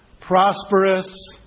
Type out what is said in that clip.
prosperous